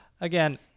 again